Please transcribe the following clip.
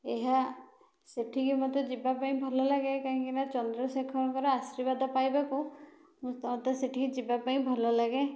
ଏହା ସେଠିକି ମତେ ଯିବା ପାଇଁ ଭଲ ଲାଗେ କାହିଁକି ନା ଚନ୍ଦ୍ରଶେଖରଙ୍କର ଆଶୀର୍ବାଦ ପାଇବାକୁ ମତେ ସେଠିକୁ ଯିବା ପାଇଁ ଭଲ ଲାଗେ